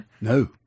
No